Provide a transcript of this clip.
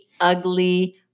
ugly